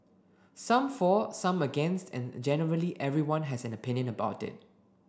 some for some against and generally everyone has an opinion about it